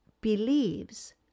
believes